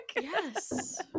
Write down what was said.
Yes